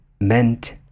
meant